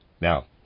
Now